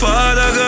Father